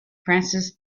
francis